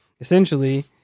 Essentially